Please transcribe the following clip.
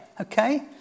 okay